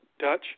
Dutch